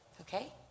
Okay